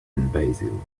basil